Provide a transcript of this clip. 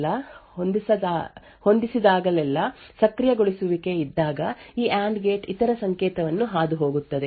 ಆದ್ದರಿಂದ ಸಕ್ರಿಯಗೊಳಿಸುವಿಕೆಯನ್ನು 1 ಗೆ ಹೊಂದಿಸಿದಾಗಲೆಲ್ಲಾ ಸಕ್ರಿಯಗೊಳಿಸುವಿಕೆ ಇದ್ದಾಗ ಈ ಆಂಡ್ ಗೇಟ್ ಇತರ ಸಂಕೇತವನ್ನು ಹಾದುಹೋಗುತ್ತದೆ